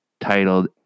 titled